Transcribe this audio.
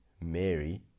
Mary